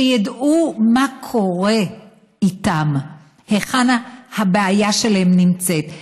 שידעו מה קורה איתם: היכן הבעיה שלהם נמצאת,